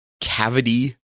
Cavity